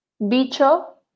bicho